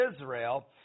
Israel